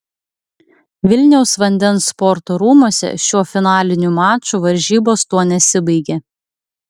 vilniaus vandens sporto rūmuose šiuo finaliniu maču varžybos tuo nesibaigė